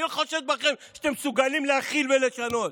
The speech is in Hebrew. אני לא חושד בכם שאתם מסוגלים להכיל ולשנות,